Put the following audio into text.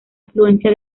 afluencia